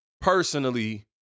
personally